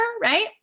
right